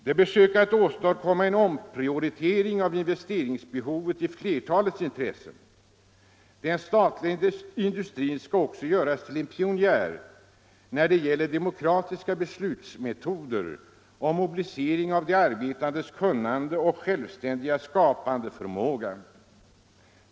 Det bör söka att åstadkomma en omprioritering av investeringsbehoven i flertalets intresse. Den statliga industrin skall också göras till en pionjär när det gäller demokratiska beslutsmetoder och mobilisering av de arbetandes kunnande och självständiga skapande förmåga.